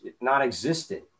non-existent